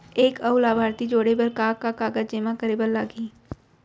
एक अऊ लाभार्थी जोड़े बर का का कागज जेमा करे बर लागही?